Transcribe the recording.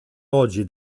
oggi